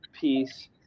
piece